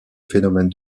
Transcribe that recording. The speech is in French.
phénomène